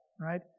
right